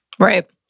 Right